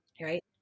Right